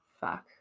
fuck